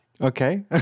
Okay